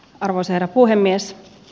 arvoisa herra puhemies